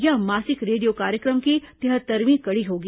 यह मासिक रेडियो कार्यक्रम की तिहत्तरवीं कडी होगी